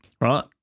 Right